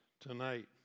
tonight